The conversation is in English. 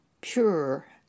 Pure